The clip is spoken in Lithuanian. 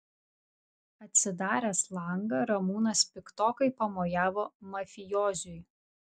atsidaręs langą ramūnas piktokai pamojavo mafijoziui